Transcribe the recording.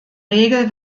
regel